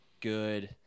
good